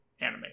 anime